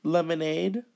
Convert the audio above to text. Lemonade